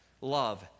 love